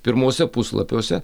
pirmuose puslapiuose